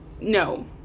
No